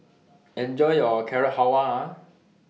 Enjoy your Carrot Halwa